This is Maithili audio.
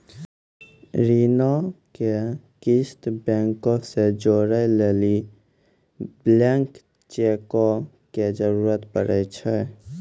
ऋणो के किस्त बैंको से जोड़ै लेली ब्लैंक चेको के जरूरत पड़ै छै